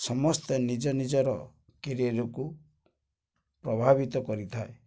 ସମସ୍ତେ ନିଜ ନିଜର କେରିଅରକୁ ପ୍ରଭାବିତ କରିଥାଏ